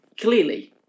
clearly